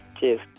Cheers